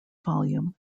volume